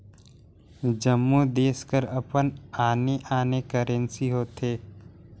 जम्मो देस कर अपन आने आने करेंसी होथे